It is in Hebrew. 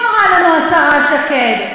אמרה לנו השרה שקד.